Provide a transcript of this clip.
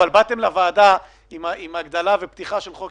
אבל באתם לוועדה עם הגדלה ופתיחה של חוק